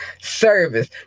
Service